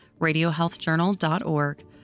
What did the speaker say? RadioHealthJournal.org